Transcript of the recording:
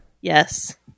Yes